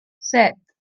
set